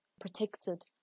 protected